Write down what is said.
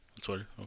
Twitter